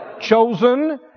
chosen